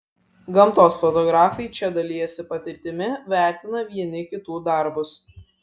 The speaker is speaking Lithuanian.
gamtos fotografai čia dalijasi patirtimi vertina vieni kitų darbus